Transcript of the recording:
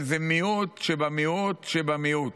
אבל זה מיעוט שבמיעוט שבמיעוט.